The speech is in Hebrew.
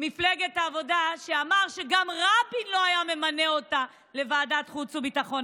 מפלגת העבודה שאמר שגם רבין לא היה ממנה אותה לוועדת חוץ וביטחון,